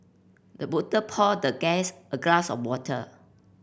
the butler poured the guest a glass of water